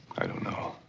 i don't know.